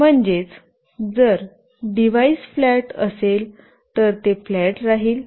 म्हणजेच जर device flat असेल तर ते फ्लॅट राहील